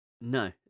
No